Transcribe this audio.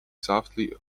softly